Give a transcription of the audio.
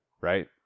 right